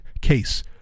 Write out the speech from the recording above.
case